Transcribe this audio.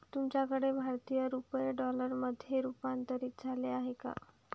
तुमच्याकडे भारतीय रुपये डॉलरमध्ये रूपांतरित झाले आहेत का?